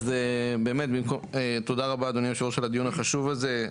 אז באמת תודה רבה אדוני יושב הראש על הדיון החשוב הזה.